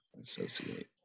associate